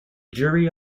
jury